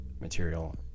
material